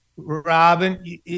Robin